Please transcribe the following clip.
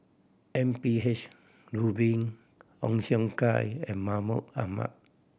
M P H Rubin Ong Siong Kai and Mahmud Ahmad